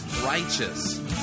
Righteous